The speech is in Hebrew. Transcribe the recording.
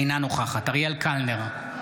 אינה נוכחת אריאל קלנר,